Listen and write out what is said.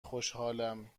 خوشحالم